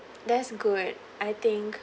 that's good I think